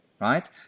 right